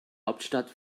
hauptstadt